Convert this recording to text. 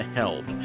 help